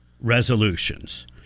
resolutions